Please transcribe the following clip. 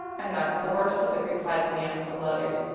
and that's the worst of it, replied the man of letters,